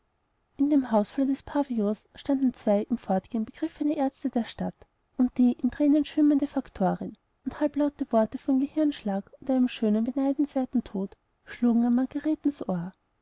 in dem hausflur des pavillons standen zwei im fortgehen begriffene aerzte der stadt und die in thränen schwimmende faktorin und halblaute worte von gehirnschlag und einem schönen beneidenswerten tod schlugen an